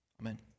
Amen